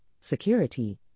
security